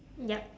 yup